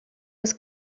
was